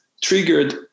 triggered